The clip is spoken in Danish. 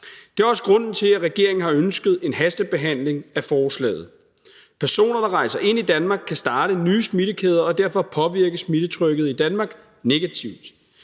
Det er også grunden til, at regeringen har ønsket en hastebehandling af forslaget. Personer, der rejser ind i Danmark, kan starte nye smittekæder og derfor påvirke smittetrykket i Danmark negativt.